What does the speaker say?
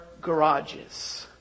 garages